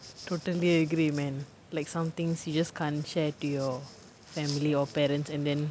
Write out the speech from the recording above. totally agree man like some things you just can't share to your family or parents and then